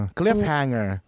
cliffhanger